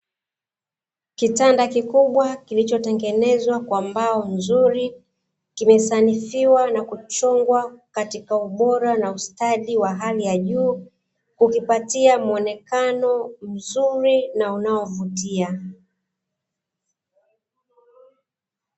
Kitanda kikubwa, kilichotengenezwa kwa mbao nzuri, kimesanifiwa na kuchongwa katika ubora na ustadi wa hali ya juu kukipatia muonekano mzuri na unaovutia.